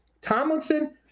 Tomlinson